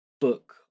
book